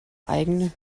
eigene